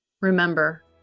Remember